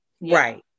right